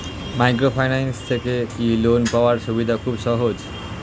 Microfinance থেকে কি loan পাওয়ার সুবিধা খুব সহজ?